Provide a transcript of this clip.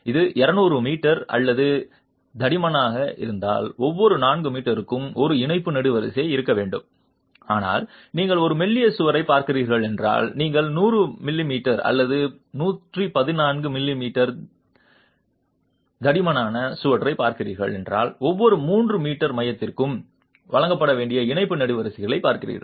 இது 200 மிமீ அல்லது தடிமனாக இருந்தால் ஒவ்வொரு 4 மீட்டருக்கும் ஒரு இணைப்பு நெடுவரிசை இருக்க வேண்டும் ஆனால் நீங்கள் ஒரு மெல்லிய சுவரைப் பார்க்கிறீர்கள் என்றால் நீங்கள் 100 மிமீ அல்லது 114 மிமீ தடிமனான சுவரைப் பார்க்கிறீர்கள் என்றால் ஒவ்வொரு 3 மீட்டர் மையத்திற்கும் வழங்கப்பட வேண்டிய இணைப்பு நெடுவரிசைகளைப் பார்க்கிறீர்கள்